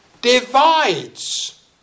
divides